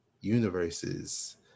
universes